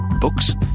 Books